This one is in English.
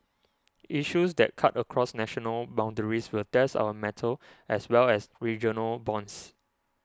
issues that cut across national boundaries will test our mettle as well as regional bonds